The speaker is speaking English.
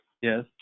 Yes